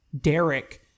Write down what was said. Derek